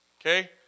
okay